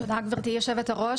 תודה גבירתי יושבת הראש,